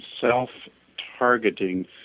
self-targeting